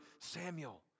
Samuel